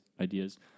ideas